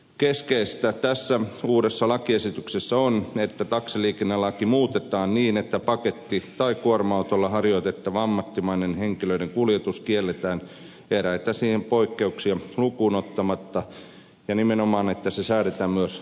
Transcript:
keskeistä tässä uudessa lakiesityksessä on että taksiliikennelaki muutetaan niin että paketti tai kuorma autolla harjoitettava ammattimainen henkilöiden kuljetus kielletään eräitä poikkeuksia lukuun ottamatta ja nimenomaan että se säädetään myös rangaistavaksi